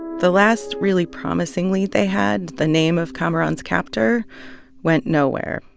the last really promising lead they had the name of kamaran's captor went nowhere.